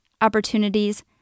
opportunities